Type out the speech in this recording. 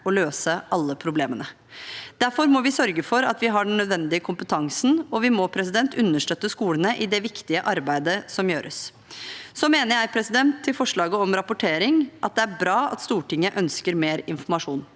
å løse alle problemene. Derfor må vi sørge for at vi har den nødvendige kompetansen, og vi må understøtte skolene i det viktige arbeidet som gjøres. Så mener jeg – til forslaget om rapportering – at det er bra at Stortinget ønsker mer informasjon.